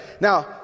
Now